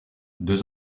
deux